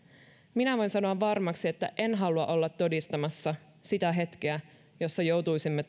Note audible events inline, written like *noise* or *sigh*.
minä voin sanoa varmaksi että en halua olla todistamassa sitä hetkeä jossa joutuisimme *unintelligible*